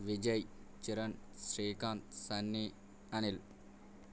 Vijay Charan Srikanth Sunny Anil